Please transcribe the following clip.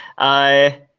i